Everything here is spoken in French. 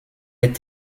est